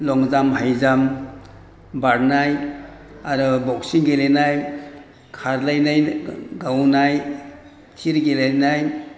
लं jump high jump बारनाय आरो boxing गेलेनाय खारलायनाय गावनाय थिर गेलेनाय